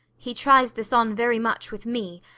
he tries this on very much with me,